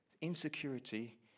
insecurity